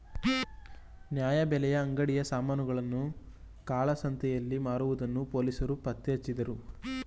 ನ್ಯಾಯಬೆಲೆ ಅಂಗಡಿಯ ಸಾಮಾನುಗಳನ್ನು ಕಾಳಸಂತೆಯಲ್ಲಿ ಮಾರುವುದನ್ನು ಪೊಲೀಸರು ಪತ್ತೆಹಚ್ಚಿದರು